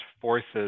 forces